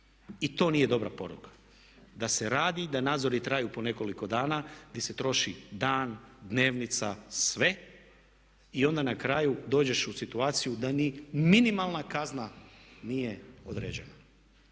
I to nije dobra poruka. Da se radi, da nadzori traju po nekoliko dana, di se troši dan, dnevnica sve i ona na kraju dođeš u situaciju da ni minimalna kazna nije određena.